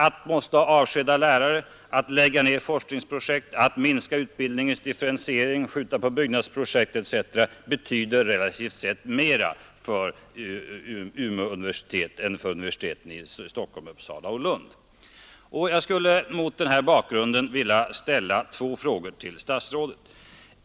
Att tvingas avskeda lärare, lägga ned forskningsprojekt, minska utbildningens differentiering, skjuta på byggnadsprojekt etc. betyder relativt sett mera för Umeå universitet än för universiteten i t.ex. Stockholm, Uppsala och Lund. 1.